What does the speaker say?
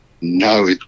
No